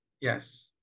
Yes